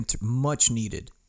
much-needed